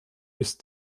ist